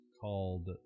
called